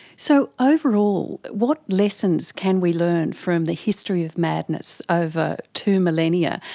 so, overall what lessons can we learn from the history of madness over two millennia,